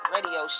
Radio